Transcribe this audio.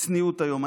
צניעות היום.